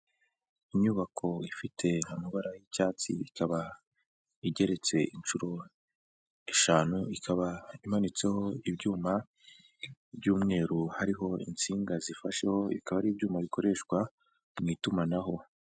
Inyubako ifite amabara y'icyatsi, ikaba igeretse inshuro eshanu, ikaba imanitseho ibyuma by'mweru hariho insinga zifasheho, bikaba ari ibyuma bikoreshwa mu itumanaho.